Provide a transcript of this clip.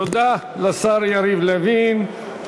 תודה לשר יריב לוין.